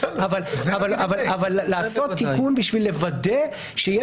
אבל לעשות תיקון בשביל לוודא שיהיה